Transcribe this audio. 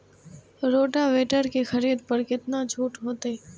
Rotavator के खरीद पर केतना छूट होते?